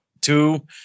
two